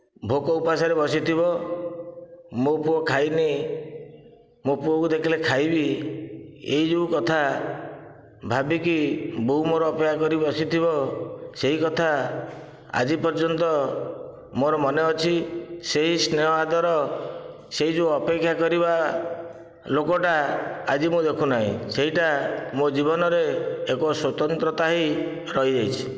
ଭୋକଉପାସରେ ବସିଥିବ ମୋ' ପୁଅ ଖାଇନି ମୋ' ପୁଅକୁ ଦେଖିଲେ ଖାଇବି ଏହି ଯେଉଁ କଥା ଭାବିକି ବୋଉ ମୋର ଅପେକ୍ଷା କରି ବସିଥିବ ସେହି କଥା ଆଜି ପର୍ଯ୍ୟନ୍ତ ମୋର ମନେ ଅଛି ସେହି ସ୍ନେହ ଆଦର ସେହି ଯେଉଁ ଅପେକ୍ଷା କରିବା ଲୋକଟା ଆଜି ଆଜି ମୁଁ ଦେଖୁ ନାହିଁ ସେଇଟା ମୋ' ଜୀବନରେ ଏକ ସ୍ୱତନ୍ତ୍ରତା ହୋଇ ରହିଯାଇଛି